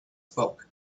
spoke